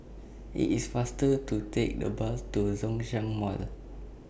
IT IS faster to Take The Bus to Zhongshan Mall